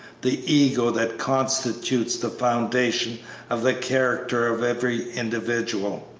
the ego that constitutes the foundation of the character of every individual.